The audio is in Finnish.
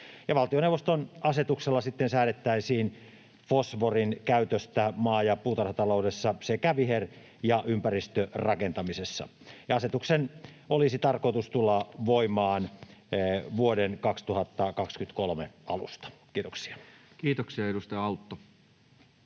Valtioneuvoston asetuksella sitten säädettäisiin fosforin käytöstä maa‑ ja puutarhataloudessa sekä viher‑ ja ympäristörakentamisessa. Asetuksen olisi tarkoitus tulla voimaan vuoden 2023 alusta. — Kiitoksia. [Speech 75]